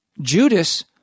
Judas